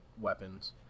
weapons